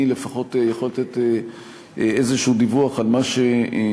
אני לפחות יכול לתת איזשהו דיווח על מה שנעשה